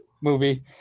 movie